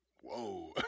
whoa